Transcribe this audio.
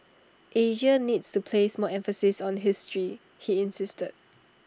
Asia needs to place more emphasis on history he insisted